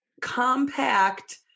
Compact